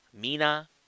Mina